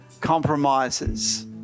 compromises